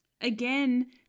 Again